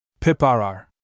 Piparar